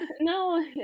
no